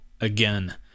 again